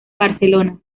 barcelona